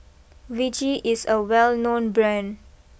Vichy is a well known Brand